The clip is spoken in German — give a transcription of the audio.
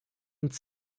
und